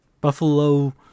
Buffalo